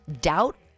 doubt